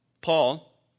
Paul